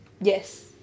yes